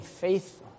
faithful